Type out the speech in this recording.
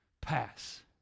pass